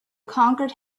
conquered